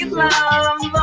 love